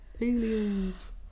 Aliens